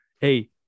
Hey